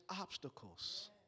obstacles